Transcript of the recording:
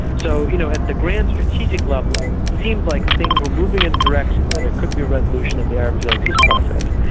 so you know at the grand strategic level, it seemed like things were moving in a direction where there could be a resolution of arab israel peace process. sort of